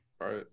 Right